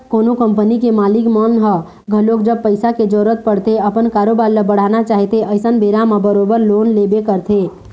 कोनो कंपनी के मालिक मन ह घलोक जब पइसा के जरुरत पड़थे अपन कारोबार ल बढ़ाना चाहथे अइसन बेरा म बरोबर लोन लेबे करथे